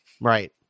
Right